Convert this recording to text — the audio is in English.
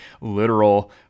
literal